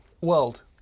World